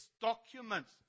documents